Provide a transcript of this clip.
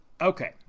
okay